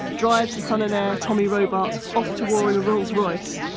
drives the son and heir, tommy robartes, off to war in a rolls royce,